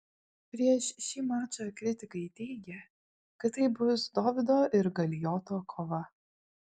prieš šį mačą kritikai teigė kad tai bus dovydo ir galijoto kova